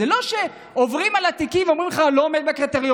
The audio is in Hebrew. זה לא שעוברים על התיקים ואומרים שהוא לא עומד בקריטריון,